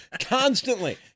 Constantly